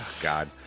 God